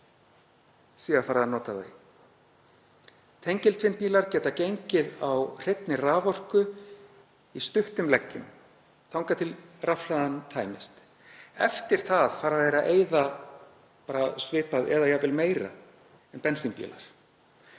fylgir ferðamönnum. Tengiltvinnbílar geta gengið á hreinni raforku í stuttum leggjum þangað til rafhlaðan tæmist. Eftir það fara þeir að eyða svipað eða jafnvel meira en bensínbílar.